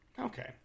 Okay